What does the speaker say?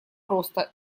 просто